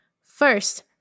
First